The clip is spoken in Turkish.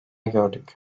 gördük